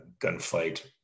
gunfight